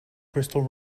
bristol